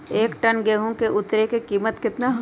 एक टन गेंहू के उतरे के कीमत कितना होतई?